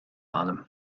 anam